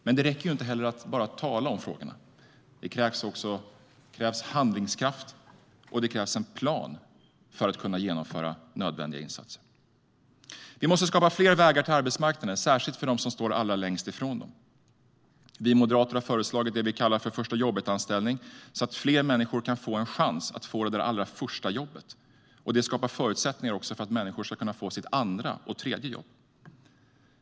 Men det räcker inte att bara tala om frågorna. Det krävs också handlingskraft, och det krävs en plan för att kunna genomföra nödvändiga insatser. Vi måste skapa fler vägar till arbetsmarknaden, särskilt för dem som står allra längst ifrån den. Vi moderater har föreslagit det vi kallar förstajobbetanställning, så att fler människor kan få en chans att få det allra första jobbet. Det skapar förutsättningar också för att människor ska kunna få sitt andra och tredje jobb.